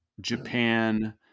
Japan